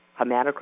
hematocrit